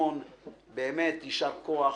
באמת יישר כוח.